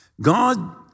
God